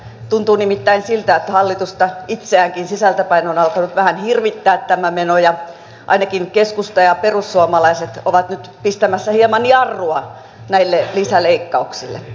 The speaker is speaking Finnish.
tuntuu nimittäin siltä että hallitusta itseäänkin sisältä päin on alkanut vähän hirvittää tämä meno ja ainakin keskusta ja perussuomalaiset ovat nyt pistämässä hieman jarrua näille lisäleikkauksille